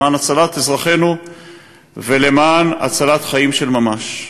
למען הצלת אזרחינו ולמען הצלת חיים של ממש.